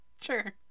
Sure